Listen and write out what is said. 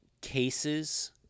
cases